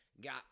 got